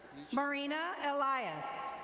marina elias.